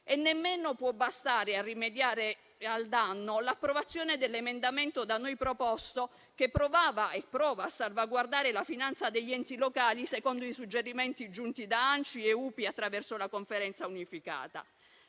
E nemmeno può bastare a rimediare al danno l'approvazione dell'emendamento da noi proposto, che provava e prova a salvaguardare la finanza degli enti locali, secondo i suggerimenti giunti da ANCI e UPI attraverso la Conferenza unificata,